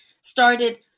started